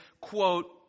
quote